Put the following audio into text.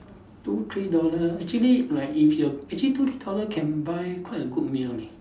two three dollar actually like if you actually two three dollar can buy quite a good meal leh